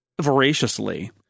voraciously